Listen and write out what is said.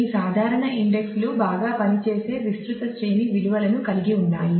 మీ సాధారణ ఇండెక్స్ లు బాగా పని చేసే విస్తృత శ్రేణి విలువలను కలిగి ఉన్నాయి